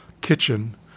kitchen